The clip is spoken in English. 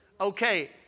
Okay